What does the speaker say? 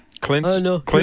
Clint